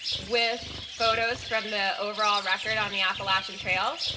with photos from the overall record on the appalachian trail.